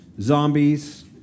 zombies